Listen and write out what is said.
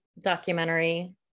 documentary